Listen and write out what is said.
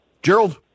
Gerald